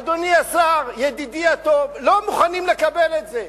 אדוני השר, ידידי הטוב, לא מוכנים לקבל את זה.